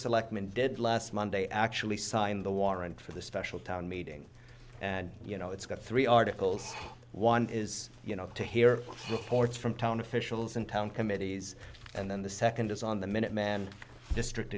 selectmen did last monday actually sign the warrant for the special town meeting and you know it's got three articles one is you know to hear reports from town officials and town committees and then the second is on the minuteman district